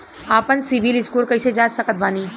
आपन सीबील स्कोर कैसे जांच सकत बानी?